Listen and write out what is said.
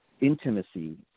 intimacy